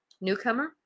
Newcomer